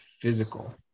physical